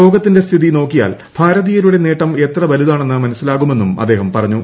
ലോകത്തിന്റെ സ്ഥിതി നോക്കിയാൽ ഭാരതീയരുടെ നേട്ടം എത്ര വലുതാണെന്നു മനസ്സിലാകുമെന്നും അദ്ദേഹം പറഞ്ഞു